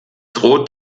droht